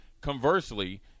conversely